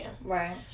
Right